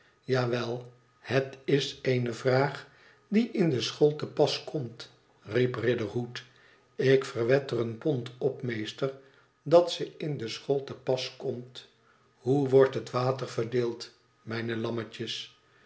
wel het is eene vraag die in de school te pas komt i riep riderhood ik verwed er een pond op meester dat ze in de school te pas komt hoe wordt het water verdeeld mijne lammetjes